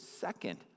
second